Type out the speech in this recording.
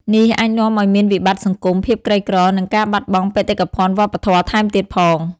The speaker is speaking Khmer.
នេះអាចនាំឱ្យមានវិបត្តិសង្គម ភាពក្រីក្រ និងការបាត់បង់បេតិកភណ្ឌវប្បធម៌ថែមទៀតផង។